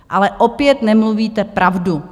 Ale opět nemluvíte pravdu.